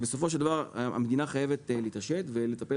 בסופו של דבר המדינה חייבת להתעשת ולטפל